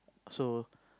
so